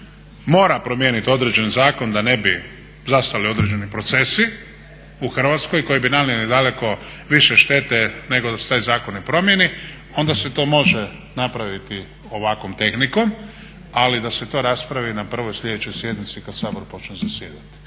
mora promijeniti određeni zakon da ne bi zastali određeni procesi u Hrvatskoj koji bi nanijeli daleko više štete nego da se taj zakon ne promijeni onda se to može napraviti ovakvom tehnikom ali da se to raspravi na prvoj sljedećoj sjednici kad Sabor počne zasjedati.